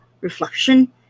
reflection